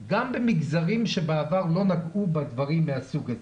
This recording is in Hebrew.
גם במגזרים שבעבר לא נגעו בדברים מהסוג הזה.